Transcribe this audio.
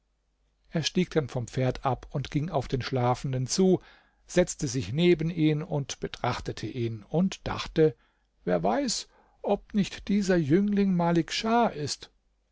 er stieg dann vom pferd ab und ging auf den schlafenden zu setzte sich neben ihn betrachtete ihn und dachte wer weiß ob nicht dieser jüngling malik schah ist